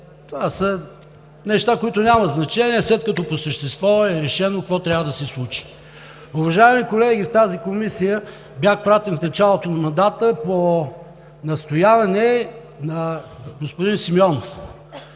това са неща, които нямат значение, след като по същество е решено какво трябва да се случи. Уважаеми колеги, в тази Комисия бях пратен в началото на мандата по настояване на господин Симеонов